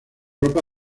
ropa